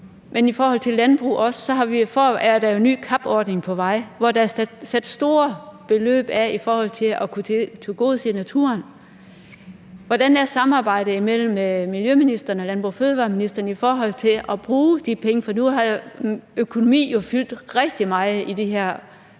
Men i forhold til landbrug har vi en ny CAP-ordning på vej, hvor der er sat store beløb af i forhold til at kunne tilgodese naturen. Hvordan er samarbejdet mellem miljøministeren og ministeren for fødevarer i forhold til at bruge de penge? For nu har økonomi jo fyldt rigtig meget i det her